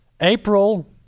April